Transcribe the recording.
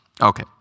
Okay